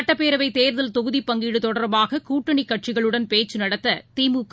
சுட்டப்பேரவைத் தேர்தல் தொகுதிப் பங்கீடுதொடர்பாககூட்டணிகட்சிகளுடன் பேச்சுநடத்ததிமுக